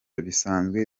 bisanzwe